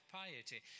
piety